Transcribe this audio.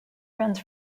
runs